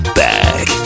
back